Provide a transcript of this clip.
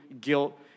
guilt